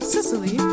Sicily